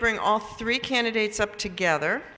bring all three candidates up together